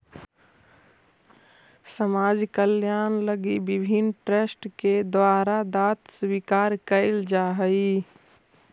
समाज कल्याण लगी विभिन्न ट्रस्ट के द्वारा दांत स्वीकार कैल जा हई